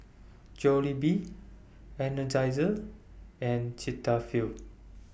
Jollibee Energizer and Cetaphil